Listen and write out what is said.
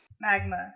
magma